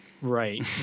right